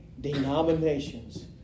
denominations